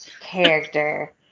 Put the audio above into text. character